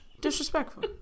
Disrespectful